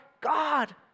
God